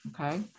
okay